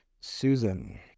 susan